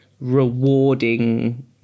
rewarding